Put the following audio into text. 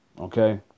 Okay